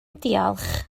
diolch